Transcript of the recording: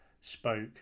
spoke